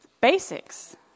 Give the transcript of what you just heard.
basics